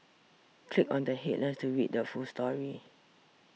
click on the headlines to read the full story